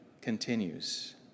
continues